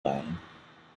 rhein